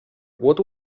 what